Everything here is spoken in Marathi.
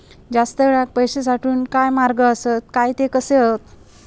जास्त वेळाक पैशे साठवूचे काय मार्ग आसत काय ते कसे हत?